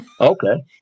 Okay